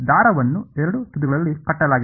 ದಾರವನ್ನು ಎರಡು ತುದಿಗಳಲ್ಲಿ ಕಟ್ಟಲಾಗಿದೆ